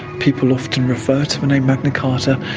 people often refer to the name magna carta